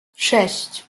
sześć